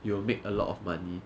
you will make a lot of money